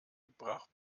brach